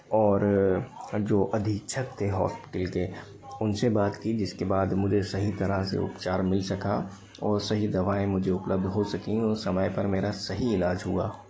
और जो अधीक्षक थे हॉस्पिटल के उनसे बात की जिसके बाद मुझे सही तरह से उपचार मिल सका और सही दवाएं मुझे उपलब्ध हो सकीं और समय पर मेरा सही इलाज हुआ